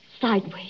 sideways